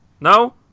No